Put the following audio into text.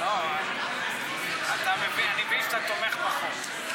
אני מבין שאתה תומך בחוק.